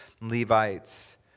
Levites